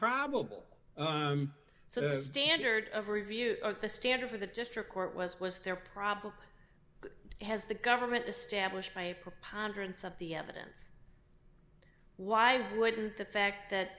probable so the standard of review the standard for the district court was was their problem has the government established by preponderance of the evidence why wouldn't the fact that